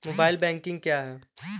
Mobile banking क्या है?